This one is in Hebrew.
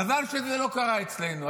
מזל שזה לא קרה אצלנו.